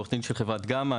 עוה"ד של חברת גמא,